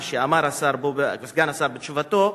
מה שאמר סגן השר בתשובתו,